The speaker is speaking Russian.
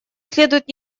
следует